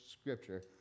scripture